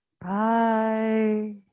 Bye